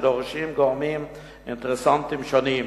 דורשים גורמים אינטרסנטיים שונים.